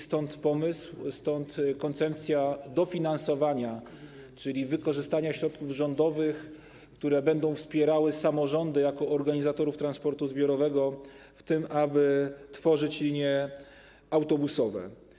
Stąd pomysł, koncepcja dofinansowania, czyli wykorzystania środków rządowych, które będą wspierały samorządy jako organizatorów transportu zbiorowego, aby tworzyć linie autobusowe.